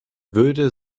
würde